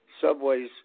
subways